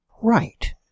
Right